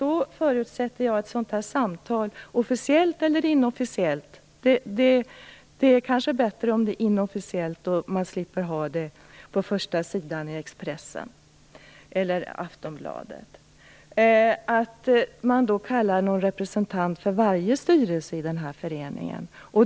Då förutsätter jag att man vid ett sådant här officiellt eller inofficiellt samtal - det är kanske bättre om det är inofficiellt och man slipper att det kommer på första sidan i Expressen eller Aftonbladet - kallar en representant från varje styrelse i dessa föreningar.